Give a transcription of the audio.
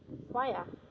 why ah